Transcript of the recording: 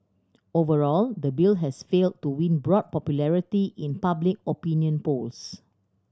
overall the bill has failed to win broad popularity in public opinion polls